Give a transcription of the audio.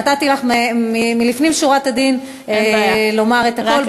נתתי לך, לפנים משורת הדין, לומר את הכול.